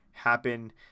happen